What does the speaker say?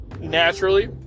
naturally